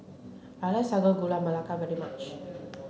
I like Sago Gula Melaka very much